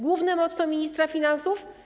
Główne motto ministra finansów?